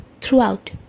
throughout